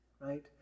right